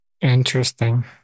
Interesting